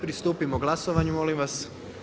Pristupimo glasovanju molim vas.